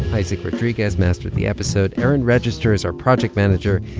isaac rodriguez mastered the episode. erin register is our project manager.